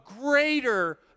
greater